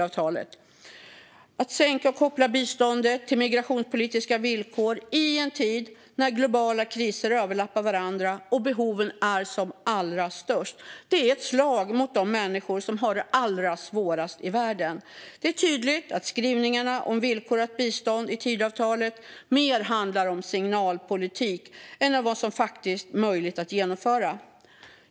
Att sänka och koppla biståndet till migrationspolitiska villkor i en tid när globala kriser överlappar varandra och behoven är som allra störst är ett slag mot de människor som har det allra svårast i världen. Det är tydligt att skrivningarna om villkorat bistånd i Tidöavtalet mer handlar om signalpolitik än om vad som faktiskt är möjligt att genomföra.